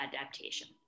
adaptation